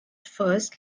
first